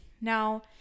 now